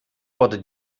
wurde